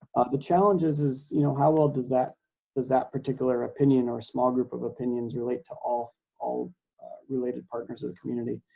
the challenges is you know how well does that does that particular opinion or group of opinions relate to all all related partners of the community.